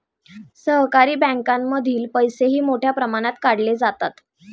सहकारी बँकांमधील पैसेही मोठ्या प्रमाणात काढले जातात